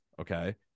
Okay